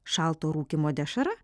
šalto rūkymo dešra